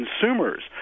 consumers